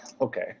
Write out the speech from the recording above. Okay